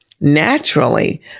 naturally